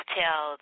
tell